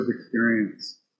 experience